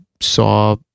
saw